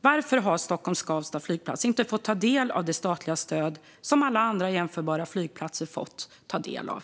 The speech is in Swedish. Varför har Stockholm Skavsta Flygplats inte fått ta del av det statliga stöd som alla andra jämförbara flygplatser har fått ta del av?